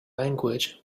language